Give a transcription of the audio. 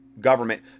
government